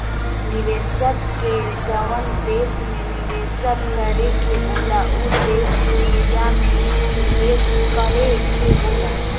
निवेशक के जवन देश में निवेस करे के होला उ देश के रुपिया मे निवेस करे के होला